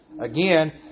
again